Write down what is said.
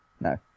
No